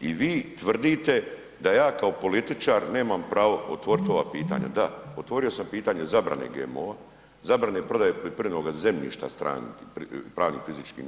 I vi tvrdite da ja kao političar nema pravo otvoriti ova pitanja, da, otvorio sam pitanje zabrane GMO-o, zabrane prodaje poljoprivrednoga zemljišta stranim pravnim i fizičkim